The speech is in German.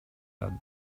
werden